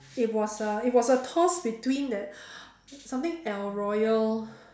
it was a it was a toss between that something el-royale